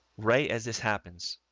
right? as this happens,